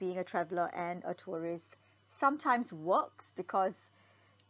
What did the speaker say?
being a traveller and a tourist sometimes works because